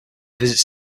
visits